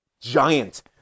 giant